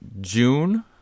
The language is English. June